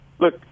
Look